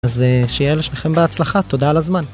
אז שיהיה לשניכם בהצלחה, תודה על הזמן.